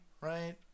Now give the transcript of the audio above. right